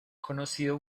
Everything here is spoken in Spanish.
conocido